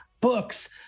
books